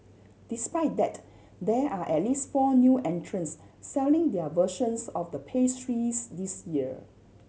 despite that there are at least four new entrants selling their versions of the pastries this year